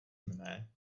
mne